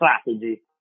strategy